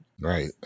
Right